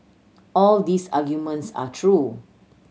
all these arguments are true